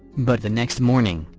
but the next morning,